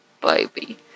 baby